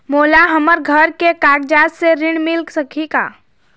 मोला हमर घर के कागजात से ऋण मिल सकही का?